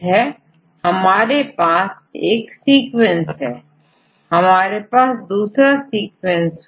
यदि हमारे पास एक सीक्वेंस है और हमारे पास दूसरा सीक्वेंस हो